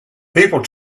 people